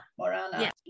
Morana